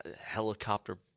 Helicopter